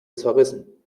zerrissen